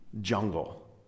jungle